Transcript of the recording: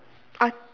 I